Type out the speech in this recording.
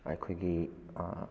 ꯑꯩꯈꯣꯏꯒꯤ